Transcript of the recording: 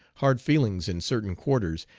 hard feelings in certain quarters,